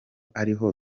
ariho